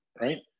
right